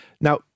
Now